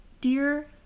dear